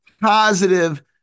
positive